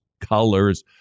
colors